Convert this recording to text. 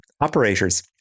operators